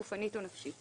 גופנית או נפשית.